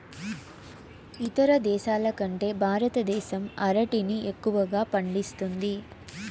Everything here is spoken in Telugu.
ఇతర దేశాల కంటే భారతదేశం అరటిని ఎక్కువగా పండిస్తుంది